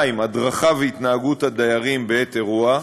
2. הדרכה והתנהגות הדיירים בעת אירוע,